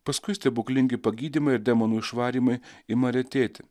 paskui stebuklingi pagydymai ir demonų išvarymai ima retėti